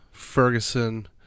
Ferguson